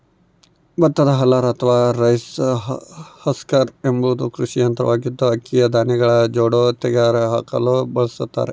ಭತ್ತದ ಹಲ್ಲರ್ ಅಥವಾ rice husker ಎಂಬುದು ಕೃಷಿ ಯಂತ್ರವಾಗಿದ್ದು, ಅಕ್ಕಿಯ ಧಾನ್ಯಗಳ ಜೊಂಡು ತೆಗೆದುಹಾಕಲು ಬಳಸತಾರ